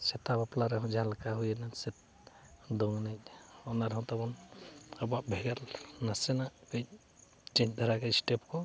ᱥᱮᱛᱟ ᱵᱟᱯᱞᱟ ᱨᱮᱦᱚᱸ ᱡᱟᱦᱟᱸ ᱞᱮᱠᱟ ᱦᱩᱭᱮᱱᱟ ᱫᱚᱝ ᱮᱱᱮᱡ ᱚᱱᱟ ᱨᱮᱦᱚᱸ ᱛᱟᱵᱚᱱ ᱟᱵᱚᱣᱟᱜ ᱵᱷᱮᱜᱟᱨ ᱱᱟᱥᱮᱱᱟᱜ ᱠᱟᱹᱡ ᱪᱮᱧᱡᱽ ᱫᱷᱟᱨᱟ ᱜᱮ ᱮᱥᱴᱮᱯ ᱠᱚ